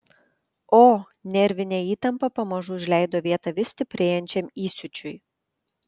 o nervinė įtampa pamažu užleido vietą vis stiprėjančiam įsiūčiui